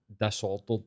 disordered